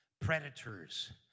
predators